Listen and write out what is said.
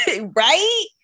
right